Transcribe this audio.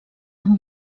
amb